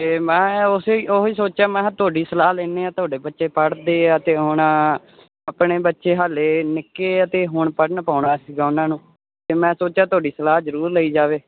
ਤੇ ਮੈਂ ਉਸੇ ਉਹੀ ਸੋਚਿਆ ਮੈਂ ਕਿਹਾ ਤੁਹਾਡੀ ਸਲਾਹ ਲੈਦੇ ਆ ਤੁਹਾਡੇ ਬੱਚੇ ਪੜ੍ਦੇ ਆ ਤੇ ਹੁਣ ਆਪਣੇ ਬੱਚੇ ਹਾਲੇ ਨਿੱਕੇ ਅਤੇ ਹੁਣ ਪੜਨ ਪਾਉਂਣਾ ਸੀਗਾ ਉਹਨਾਂ ਨੂੰ ਤੇ ਮੈਂ ਸੋਚਿਆ ਤੁਹਾਡੀ ਸਲਾਹ ਜਰੂਰ ਲਈ ਜਾਵੇ